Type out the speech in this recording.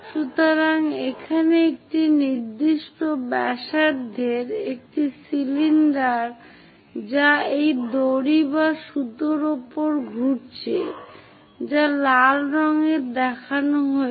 সুতরাং এখানে একটি নির্দিষ্ট ব্যাসার্ধের একটি সিলিন্ডার যা এই দড়ি বা সুতার উপর ঘুরছে যা লাল রঙে দেখানো হয়েছে